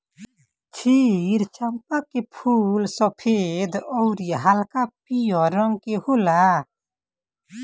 क्षीर चंपा के फूल सफ़ेद अउरी हल्का पियर रंग के होला